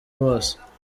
bose